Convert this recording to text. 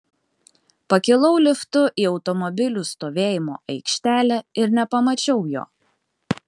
pakilau liftu į automobilių stovėjimo aikštelę ir nepamačiau jo